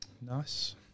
nice